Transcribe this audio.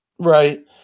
Right